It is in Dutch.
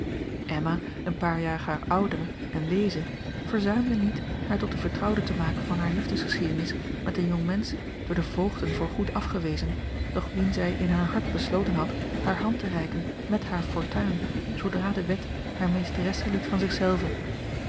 emma een paar jaar haar oudere en weeze verzuimde niet haar tot de vertrouwde te maken van hare liefdesgeschiedenis met een jongmensch door de voogden voor goed afgewezen doch wien zij in haar hart besloten had hare hand te reiken met hare fortuin zoodra de wet haar meesteresse liet van